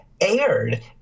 aired